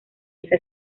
esa